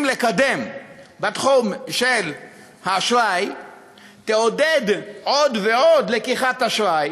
לקדם בתחום האשראי תעודד עוד ועוד לקיחת אשראי.